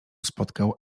spotkał